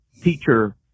teacher